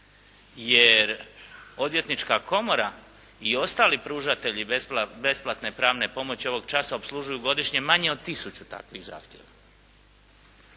Jer Odvjetnička komora i ostali pružatelji besplatne pravne pomoći ovog časa opslužuju godišnje manje od 1000 takvih zahtijeva.